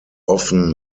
often